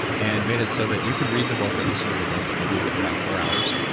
and made it so that you can read the book, or listen to the book, you can read it in about four hours,